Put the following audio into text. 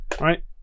right